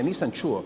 Nisam čuo.